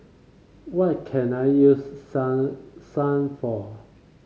what can I use Selsun for